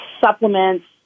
supplements